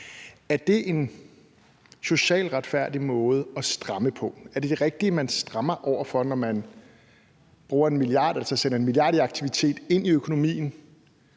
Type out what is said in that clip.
Er det en socialt retfærdig måde at stramme på? Er det de rigtige, man strammer over for, når man sender en milliard i aktivitet ind i økonomien